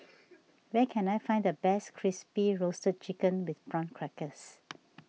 where can I find the best Crispy Roasted Chicken with Prawn Crackers